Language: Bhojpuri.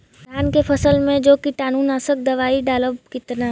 धान के फसल मे जो कीटानु नाशक दवाई डालब कितना?